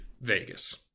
Vegas